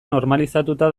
normalizatuta